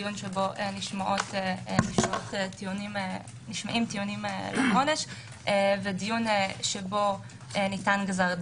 דיון שבו נשמעים טיעונים לעונש ודיון שבו ניתן גזר הדין.